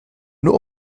nur